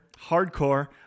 hardcore